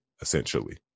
essentially